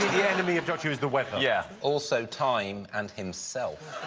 the enemy of doctor who is the weather? yeah. also time and himself.